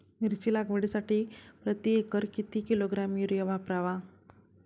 मिरची लागवडीसाठी प्रति एकर किती किलोग्रॅम युरिया वापरावा?